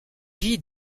vit